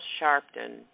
Sharpton